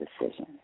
decision